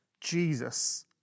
Jesus